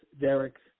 Derek